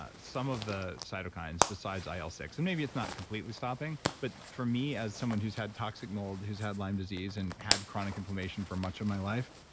ah some of the cytokines besides il ah six and maybe it's not completely stopping, but for me as someone who's had toxic mold, who's had lyme disease and had chronic inflammation for much of my life,